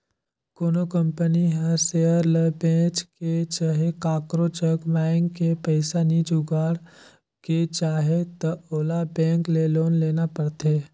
कोनो कंपनी हर सेयर ल बेंच के चहे काकरो जग मांएग के पइसा नी जुगाड़ के चाहे त ओला बेंक ले लोन लेना परथें